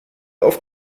auf